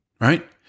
Right